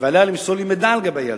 ועליה למסור לי מידע לגבי הילדה.